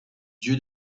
dieu